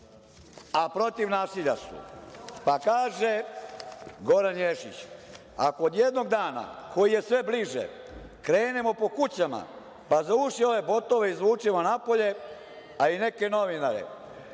a protiv nasilja su. Pa kaže Goran Ješić: „Ako jednog dana, koji je sve bliže, krenemo po kućama pa za uši ove botove izvučemo napolje, a i neke novinare!